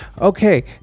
Okay